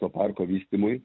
to parko vystymui